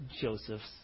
Joseph's